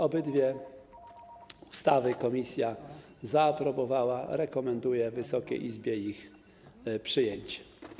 Obydwie ustawy komisja zaaprobowała i rekomenduje Wysokiej Izbie ich przyjęcie.